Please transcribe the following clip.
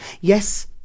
Yes